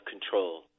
control